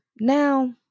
Now